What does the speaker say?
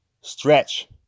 stretch